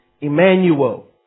Emmanuel